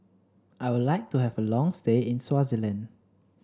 I would like to have a long stay in Swaziland